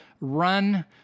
run –